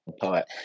poet